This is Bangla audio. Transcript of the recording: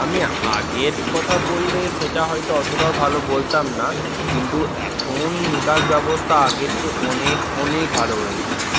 আমি আগের কথা বললে সেটা হয়তো অতটাও ভালো বলতাম না কিন্তু এখন নিকাশ ব্যবস্থা আগের চেয়ে অনেক অনেক ভালো হয়ে গেছে